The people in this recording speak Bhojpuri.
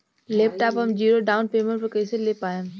लैपटाप हम ज़ीरो डाउन पेमेंट पर कैसे ले पाएम?